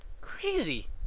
Crazy